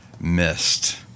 missed